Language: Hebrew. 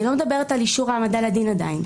אני לא מדברת עדיין על אישור העמדה לדין,